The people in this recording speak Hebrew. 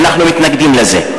ואנחנו מתנגדים לזה.